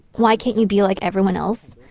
why can't you be like everyone else?